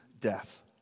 death